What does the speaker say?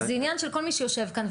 זה עניין של כל מי שיושב כאן,